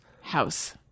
house